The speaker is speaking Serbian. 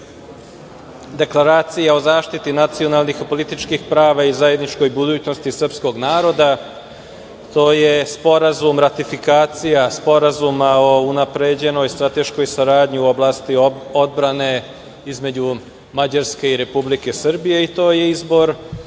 Deklaracija o zaštiti nacionalnih političkih prava i zajedničkoj budućnosti srpskog naroda, to je ratifikacija Sporazuma o unapređenoj strateškoj saradnji u oblasti odbrane između Mađarske i Republike Srbije i to je izbor